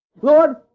Lord